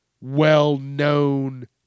well-known